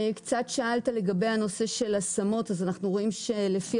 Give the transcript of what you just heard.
שאלת לגבי הנושא של השמות אז אנחנו רואים שלפי